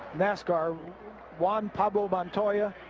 mask are juan pablo montoya